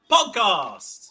Podcast